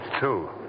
two